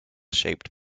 shaped